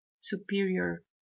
superior